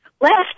left